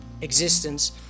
existence